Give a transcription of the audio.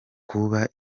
kuba